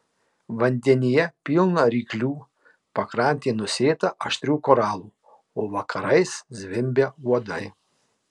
vandenyje pilna ryklių pakrantė nusėta aštrių koralų o vakarais zvimbia uodai